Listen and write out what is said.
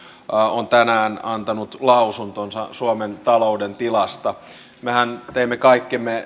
on tänään antanut lausuntonsa suomen talouden tilasta mehän teemme kaikkemme